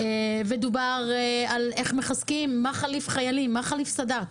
דובר איך מחזקים, מה חליף חיילים, מה חליף סד"כ.